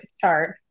chart